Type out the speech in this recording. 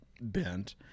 bent